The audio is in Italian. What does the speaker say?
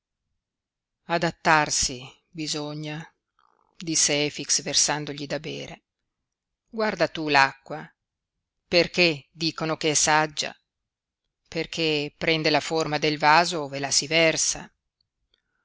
adattarsi bisogna disse efix versandogli da bere guarda tu l'acqua perché dicono che è saggia perché prende la forma del vaso ove la si versa